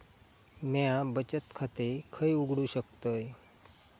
म्या बचत खाते खय उघडू शकतय?